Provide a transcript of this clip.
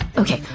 okay,